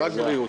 רק בריאות.